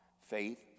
faith